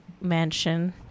mansion